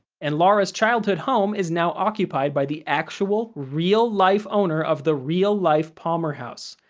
and laura's childhood home is now occupied by the actual, real-life owner of the real-life palmer house.